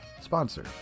sponsor